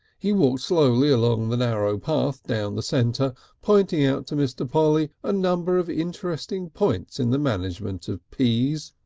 he walked slowly along the narrow path down the centre pointing out to mr. polly a number of interesting points in the management of peas,